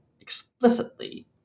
explicitly